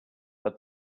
but